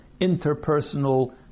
interpersonal